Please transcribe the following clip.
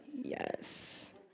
Yes